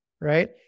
right